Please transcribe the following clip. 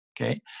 Okay